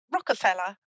Rockefeller